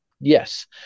Yes